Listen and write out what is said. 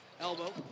Elbow